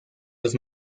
los